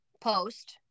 post